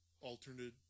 alternate